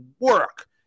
work